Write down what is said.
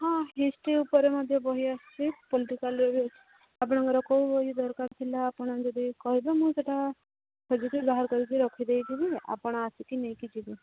ହଁ ହିଷ୍ଟ୍ରି ଉପରେ ମଧ୍ୟ ବହି ଆସିଛି ପଲିଟିକାଲ୍ର ବି ଅଛି ଆପଣଙ୍କର କେଉଁ ବହି ଦରକାର ଥିଲା ଆପଣ ଯଦି କହିବେ ମୁଁ ସେଇଟା ଖୋଜିକି ବାହାର କରିକି ରଖି ଦେଇଥିବି ଆପଣ ଆସିକି ନେଇକି ଯିବେ